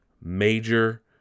major